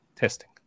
testing